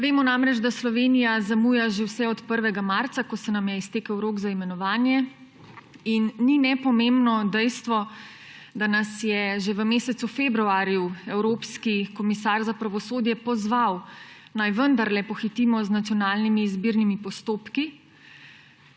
Vemo namreč, da Slovenija zamuja že vse od 1. marca, ko se nam je iztekel rok za imenovanje in ni nepomembno dejstvo, da nas je že v mesecu februarju evropski komisar za pravosodje pozval, naj vendarle pohitimo z nacionalnimi izbirnimi postopki.